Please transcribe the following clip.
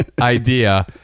idea